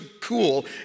cool